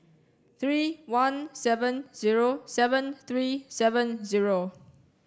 three one seven zero seven three seven zero